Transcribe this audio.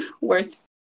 worth